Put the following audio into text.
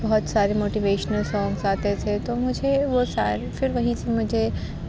بہت سارے motivational songs آتے تھے تو مجھے وہ سارے پھر وہیں سے مجھے